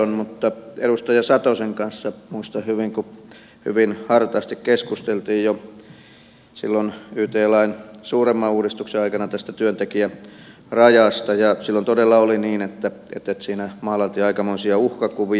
muistan hyvin kun edustaja satosen kanssa hyvin hartaasti keskusteltiin jo silloin yt lain suuremman uudistuksen aikana tästä työntekijärajasta ja silloin todella oli niin että siinä maalailtiin aikamoisia uhkakuvia